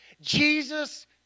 Jesus